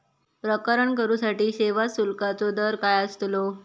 प्रकरण करूसाठी सेवा शुल्काचो दर काय अस्तलो?